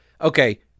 okay